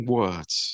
words